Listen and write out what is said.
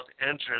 entrance